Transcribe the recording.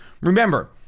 remember